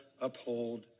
uphold